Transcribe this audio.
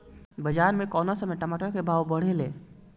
बाजार मे कौना समय मे टमाटर के भाव बढ़ेले?